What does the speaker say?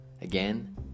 Again